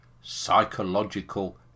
psychological